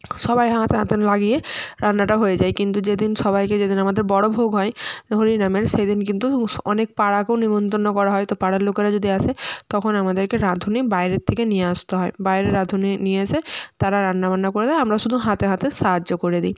সবাই হাতে হাতে লাগিয়ে রান্নাটা হয়ে যায় কিন্তু যেদিন সবাইকে যেদিন আমাদের বড়ো ভোগ হয় হরিনামের সেদিন কিন্তু স অনেক পাড়াকেও নেমন্তন্ন করা হয় তো পাড়ার লোকেরা যদি আসে তখন আমাদেরকে রাঁধুনি বাইরের থেকে নিয়ে আসতে হয় বাইরে রাঁধুনি নিয়ে এসে তারা রান্না বান্না করে দেয় আমরা শুধু হাতে হাতে সাহায্য করে দিই